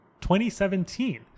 2017